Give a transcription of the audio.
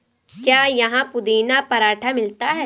क्या यहाँ पुदीना पराठा मिलता है?